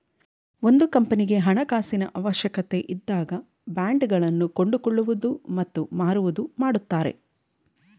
ಒಂದು ಕಂಪನಿಗೆ ಹಣಕಾಸಿನ ಅವಶ್ಯಕತೆ ಇದ್ದಾಗ ಬಾಂಡ್ ಗಳನ್ನು ಕೊಂಡುಕೊಳ್ಳುವುದು ಮತ್ತು ಮಾರುವುದು ಮಾಡುತ್ತಾರೆ